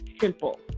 simple